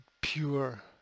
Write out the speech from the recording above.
pure